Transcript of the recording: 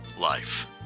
life